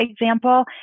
example